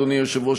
אדוני היושב-ראש,